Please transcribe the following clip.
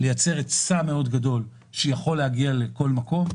כדי לייצר היצע מאוד גדול שיכול להגיע לכל מקום.